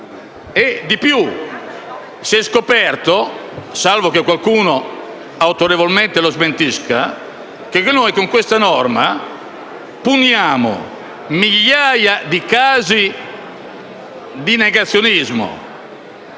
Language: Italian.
Si è inoltre scoperto - salvo che qualcuno autorevolmente lo smentisca - che con questa norma puniremo migliaia di casi di negazionismo.